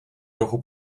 trochu